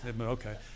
Okay